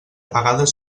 vegades